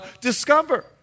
discover